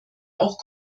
auch